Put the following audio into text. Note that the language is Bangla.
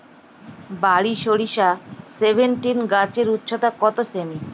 বারি সরিষা সেভেনটিন গাছের উচ্চতা কত সেমি?